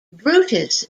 brutus